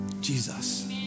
Jesus